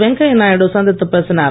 வெங்கையாநாயுடு சந்தித்துப் பேசினார்